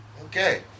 Okay